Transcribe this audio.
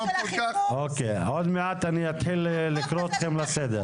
עוד מעט אתחיל לקרוא אתכם לסדר.